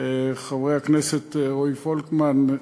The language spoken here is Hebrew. חבר הכנסת רועי פולקמן,